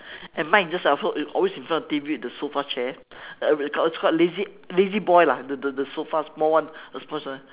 and mine is just always in front of the T_V the sofa chair it's called lazy lazy boy lah the the the sofa small one the small one